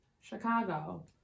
Chicago